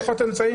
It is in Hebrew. פחות אמצעים?